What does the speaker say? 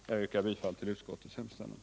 Jag yrkar bifall till utskottets hemställan.